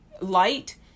light